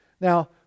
Now